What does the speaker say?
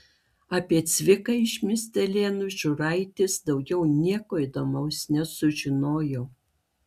apie cviką iš miestelėnų žiūraitis daugiau nieko įdomaus nesužinojo